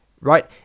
Right